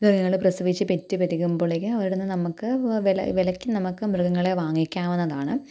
മൃഗങ്ങൾ പ്രസവിച്ച് പെറ്റ് പെരുകുമ്പോളേക്കും അവിടുന്ന് നമുക്ക് വില വിലയ്ക്ക് നമുക്ക് മൃഗങ്ങളെ വാങ്ങിക്കാവുന്നതാണ്